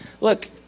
Look